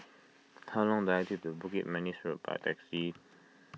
how long does it take to get to Bukit Manis Road by taxi